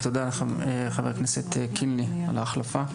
תודה לחבר הכנסת קינלי על ההחלפה,